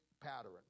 pattern